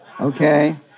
Okay